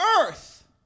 earth